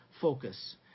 focus